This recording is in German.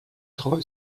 treu